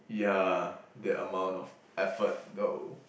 yeah that amount of effort though